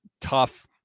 tough